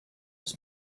was